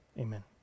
Amen